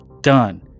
done